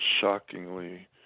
shockingly